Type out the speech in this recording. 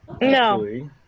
no